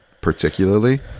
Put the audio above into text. particularly